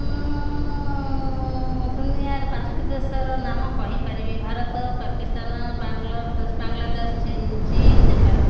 ମୁଁ ଦୁନିଆରେ ପାଞ୍ଚଟି ଦେଶର ନାମ କହିପାରିବି ଭାରତ ପାକିସ୍ତାନ ବାଂଲାଦେଶ ଚୀନ ନେପାଳ